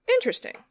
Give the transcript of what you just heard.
interesting